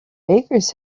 bakers